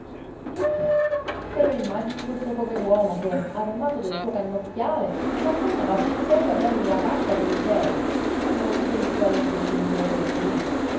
di un po te lo immagini questo pover'uomo che armato del suo canocchiale s'affannava sul serio a darmi la caccia per i cieli quando non mi sentiva dentro il suo misero coricino